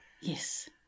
Yes